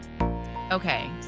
Okay